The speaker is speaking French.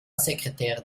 secrétaire